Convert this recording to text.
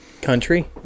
country